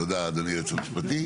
תודה היועץ המשפטי.